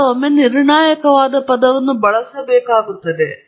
ಕೆಲವೊಮ್ಮೆ ನಿರ್ಣಾಯಕವಾದ ಪದವನ್ನು ಬಳಸಲಾಗುತ್ತದೆ